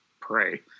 pray